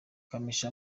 kamichi